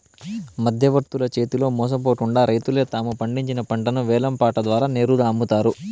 మధ్యవర్తుల చేతిలో మోసపోకుండా రైతులే తాము పండించిన పంటను వేలం పాట ద్వారా నేరుగా అమ్ముతారు